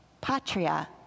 patria